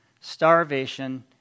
starvation